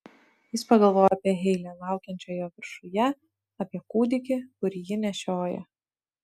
jis pagalvojo apie heilę laukiančią jo viršuje apie kūdikį kurį ji nešioja